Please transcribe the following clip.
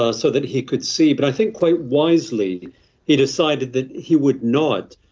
ah so that he could see. but i think quite wisely he decided that he would not,